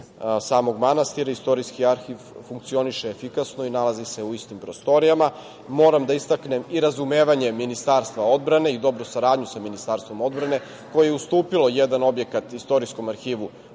samog manastira, Istorijski arhiv funkcioniše efikasno i nalazi se u istim prostorijama. Moram da istaknem i razumevanje Ministarstva odbrane i dobru saradnju sa Ministarstvom odbrane koje je ustupilo jedan objekat istorijskom arhivu